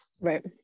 right